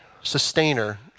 sustainer